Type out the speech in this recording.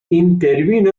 intervino